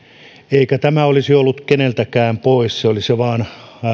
eikä tämä olisi ollut keneltäkään pois se olisi vain